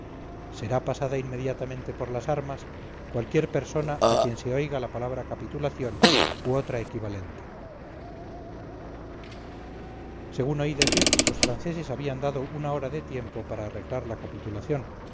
será pasada inmediatamente por las armas cualquier persona a quien se oiga la palabra capitulación u otra equivalente según oí decir los franceses habían dado una hora de tiempo para arreglar la capitulación